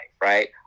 Right